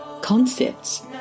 concepts